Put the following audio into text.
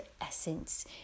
essence